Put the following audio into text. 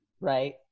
right